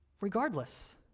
Regardless